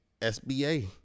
SBA